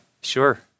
Sure